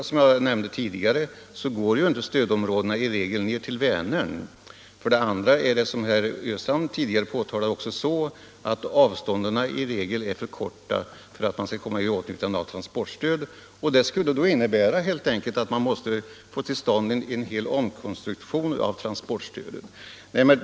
Som jag nämnde tidigare går stödområdena för det första i regel inte ända ned till Vänern, och för det andra — det framhöll herr Östrand för en stund sedan — är avstånden oftast för korta för att man skall kunna komma i åtnjutande av transportstöd. Och det skulle alltså innebära att vi måste göra en omkonstruktion av hela transportstödet.